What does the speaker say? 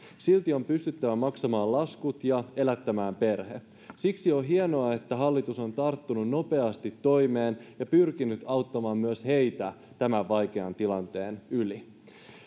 silti on pystyttävä maksamaan laskut ja elättämään perhe siksi on hienoa että hallitus on tarttunut nopeasti toimeen ja pyrkinyt auttamaan myös heitä tämän vaikean tilanteen yli